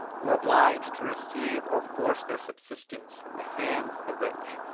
were obliged to receive or force their subsistence from the hands of the rich.